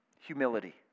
humility